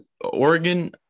Oregon